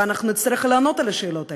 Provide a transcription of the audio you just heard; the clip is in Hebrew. ואנחנו נצטרך לענות על השאלות האלה.